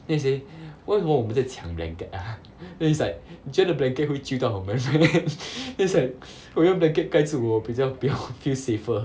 then say 为么我们在抢 blanket ah then it's like 你觉得 blanket 会救到我们 right then she's like 我用 blanket 盖住我我比较 feel safer